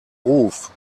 ruf